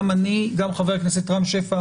גם אני וגם חבר הכנסת רם שפע